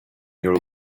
your